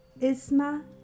Isma